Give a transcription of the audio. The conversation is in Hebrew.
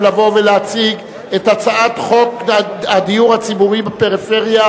להציג את הצעת חוק הדיור הציבורי בפריפריה,